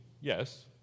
yes